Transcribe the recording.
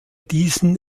diesen